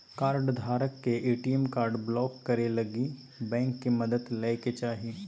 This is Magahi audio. कार्डधारक के ए.टी.एम कार्ड ब्लाक करे लगी बैंक के मदद लय के चाही